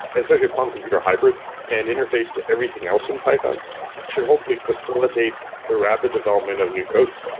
especially quantum computer hybrid and interfaced everything else in python should hopefully facilitate the rapid development of new codes.